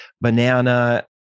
banana